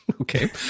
Okay